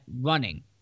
running